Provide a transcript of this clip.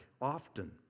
often